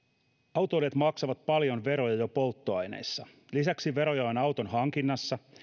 autoilijat maksavat paljon veroja jo polttoaineissa lisäksi veroja on auton hankinnassa